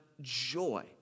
joy